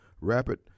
Rapid